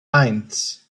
eins